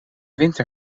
winter